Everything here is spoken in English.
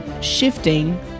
shifting